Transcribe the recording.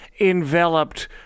enveloped